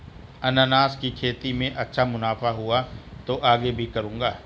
अनन्नास की खेती में अच्छा मुनाफा हुआ तो आगे भी करूंगा